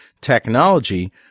technology